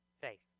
Faith